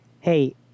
Hey